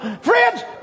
Friends